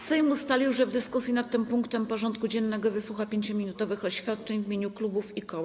Sejm ustalił, że w dyskusji nad tym punktem porządku dziennego wysłucha 5-minutowych oświadczeń w imieniu klubów i koła.